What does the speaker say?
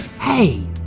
Hey